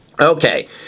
okay